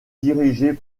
dirigées